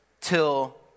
Till